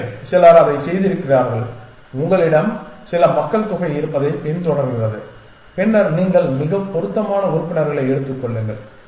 எனவே சிலர் அதைச் செய்திருக்கிறார்கள் உங்களிடம் சில மக்கள் தொகை இருப்பதைப் பின்தொடர்கிறது பின்னர் நீங்கள் மிகவும் பொருத்தமான உறுப்பினர்களை எடுத்துக் கொள்ளுங்கள்